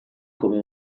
come